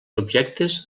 objectes